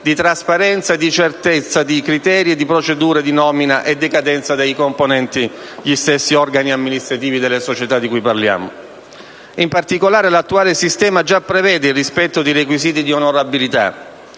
di trasparenza e di certezza nei criteri e nelle procedure di nomina e decadenza dei componenti degli stessi organi amministrativi delle società di cui stiamo parlando. In particolare, l'attuale sistema prevede già il rispetto dei requisiti di onorabilità,